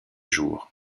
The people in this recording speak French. jour